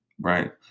right